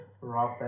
Rob